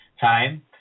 Time